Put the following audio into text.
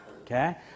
Okay